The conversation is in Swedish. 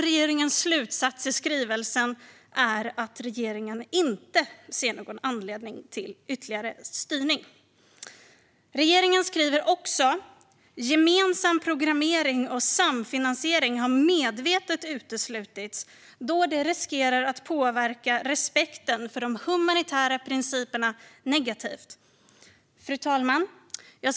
Regeringens slutsats i skrivelsen är att man inte ser någon anledning till ytterligare styrning. Regeringen skriver också att gemensam programmering och samfinansiering medvetet har uteslutits då det riskerar att påverka respekten för de humanitära principerna negativt. Fru talman!